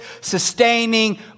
sustaining